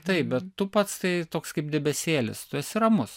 taip bet tu pats tai toks kaip debesėlis tu esi ramus